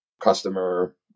customer